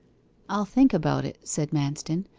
i'll think about it said manston,